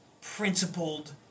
principled